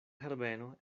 herbeno